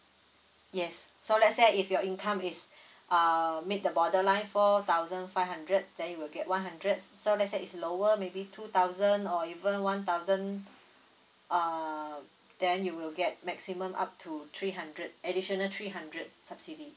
yes so let's say if your income is err make the borderline four thousand five hundred then you will get one hundred so let say it's lower maybe two thousand or even one thousand uh then you will get maximum up to three hundred additional three hundred subsidy